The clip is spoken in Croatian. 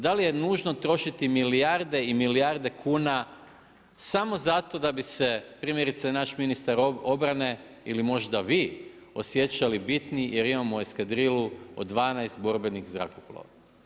Da li je nužno trošiti milijarde i milijarde kuna samo zato da bi se primjerice naš ministar obrane ili možda vi osjećali bitnim jer imamo eskadrilu od 12 borbenih zrakoplova.